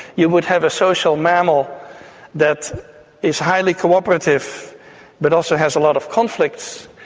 you would have a social mammal that is highly cooperative but also has a lot of conflicts,